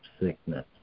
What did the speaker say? sickness